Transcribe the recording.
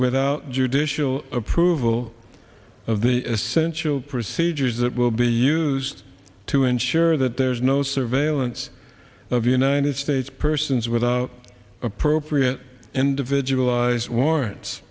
without judicial approval of the essential procedures that will be used to ensure that there's no surveillance of the united states persons with the appropriate individual warrants